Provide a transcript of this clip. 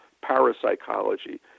parapsychology